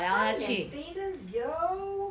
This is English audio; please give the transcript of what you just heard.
high maintenance yo